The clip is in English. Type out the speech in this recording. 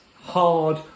hard